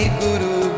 guru